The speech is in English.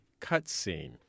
cutscene